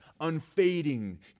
unfading